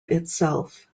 itself